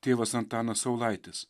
tėvas antanas saulaitis